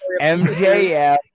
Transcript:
MJF